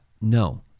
no